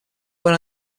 went